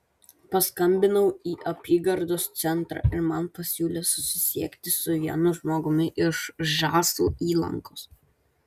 paskambinau į apygardos centrą ir man pasiūlė susisiekti su vienu žmogumi iš žąsų įlankos